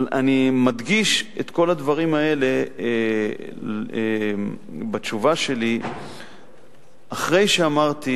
אני מדגיש את כל הדברים האלה בתשובה שלי אחרי שאמרתי